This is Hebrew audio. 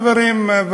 חברים,